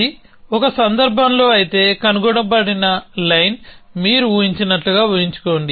అది ఒక సందర్భంలో అయితే కనుగొనబడిన లైన్ మీరు ఊహించినట్లుగా ఊహించుకోండి